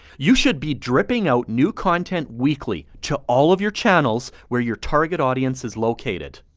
you should be dripping out new content weekly, to all of your channels where your target audience is located.